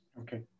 Okay